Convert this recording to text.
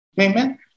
amen